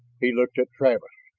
he looked at travis.